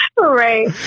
right